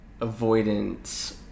avoidance